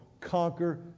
conquer